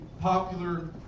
popular